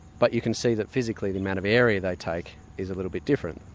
but you can see that physically the amount of area they take is a little bit different.